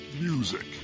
music